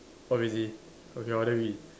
oh is it okay orh then we